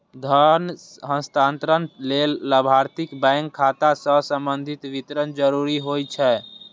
धन हस्तांतरण लेल लाभार्थीक बैंक खाता सं संबंधी विवरण जरूरी होइ छै